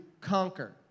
conquer